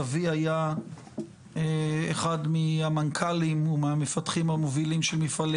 סבי היה אחד מהמנכ"לים ומהמפתחים המובילים של מפעלי